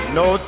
no